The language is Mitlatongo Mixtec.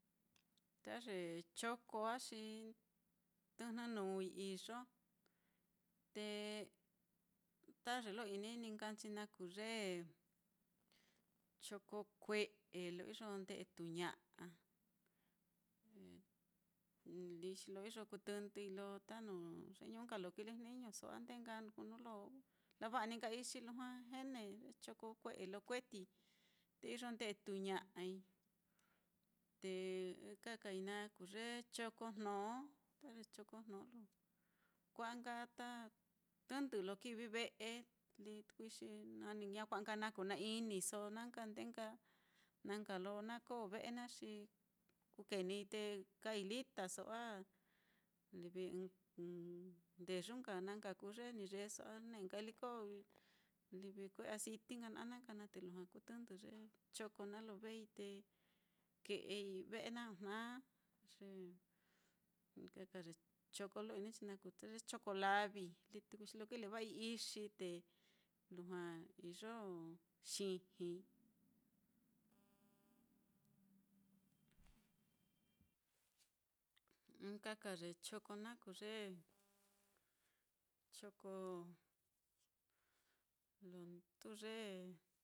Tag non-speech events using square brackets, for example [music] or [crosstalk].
Ta ye choko á, xi tɨjnɨ nuui iyo te ta ye lo ini ní nka chi na kuu ye choko kue'e lo iyo nde'e tuuña'a, líi xi lo iyo kuu tɨndɨi lo ta nuu ye ñu'u nka lo kilejniñoso á, a nde nka kuu nu lo lava'a ní nka ixi lujua [hesitation] ye choko kue'e lo kueti te iyo nde'e tuuña'ai. Te ikakai naá kuu ye choko jno, ta ye choko jno kua'a nka ta, tɨndɨ lo kivii ve'e, lí tukui xi na [hesitation] ña kua'a na kuna-iniso, na nka ndee nka lo na koo ve'e naá xi kukee níi, te kaai litaso á, a livi. [hesitation] ndeyu nka na nka kuu ye ni yeeso a ne'e nka liko livi kue aciti naá, a na nka naá te lujua kuu tɨndɨ ye choko naá, lo vei te ke'ei ve'e naá ojna. Ye ɨka ka ye choko lo ini nchi naá, kuu tuku ye choko lavi, lí tukui xi lo kileva'ai ixi, te lujua iyo xijii. Ɨka ka [noise] ye choko naá, kuu ye choko lo nduu ye